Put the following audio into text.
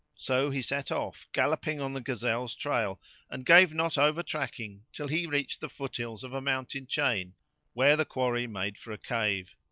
so he set off gallopping on the gazelle's trail and gave not over tracking till he reached the foot hills of a mountain chain where the quarry made for a cave.